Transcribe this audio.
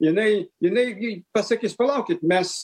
jinai jinai gi pasakys palaukit mes